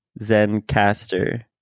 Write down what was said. Zencaster